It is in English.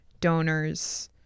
donors